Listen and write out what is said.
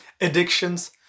addictions